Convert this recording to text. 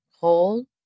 Hold